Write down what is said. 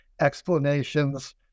explanations